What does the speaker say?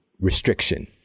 restriction